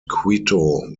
quito